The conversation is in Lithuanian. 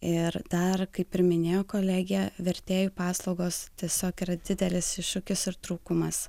ir dar kaip ir minėjo kolegė vertėjų paslaugos tiesiog yra didelis iššūkis ir trūkumas